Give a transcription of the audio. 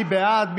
מי בעד?